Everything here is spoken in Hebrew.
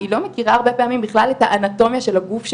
היא לא מכירה הרבה פעמים את האנטומיה של הגוף שלה.